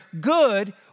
good